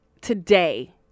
today